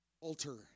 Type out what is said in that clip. altar